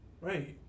Right